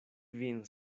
vin